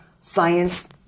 science